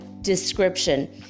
description